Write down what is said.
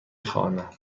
خوانم